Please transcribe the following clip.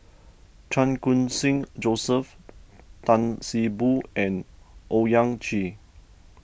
Chan Khun Sing Joseph Tan See Boo and Owyang Chi